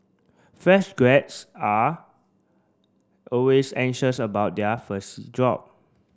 fresh grads are always anxious about their first job